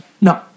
No